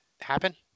happen